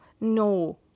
No